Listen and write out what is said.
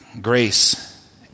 Grace